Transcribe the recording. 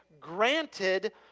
granted